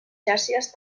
xàrcies